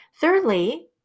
Thirdly